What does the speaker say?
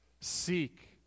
seek